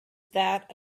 that